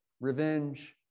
Revenge